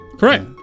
Correct